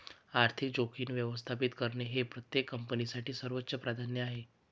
आर्थिक जोखीम व्यवस्थापित करणे हे प्रत्येक कंपनीसाठी सर्वोच्च प्राधान्य आहे